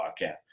podcast